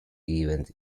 event